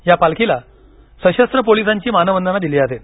या पालखीला सशस्त्र पोलिसांची मानवंदना दिली जाते